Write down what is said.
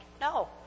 No